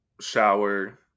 shower